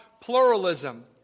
pluralism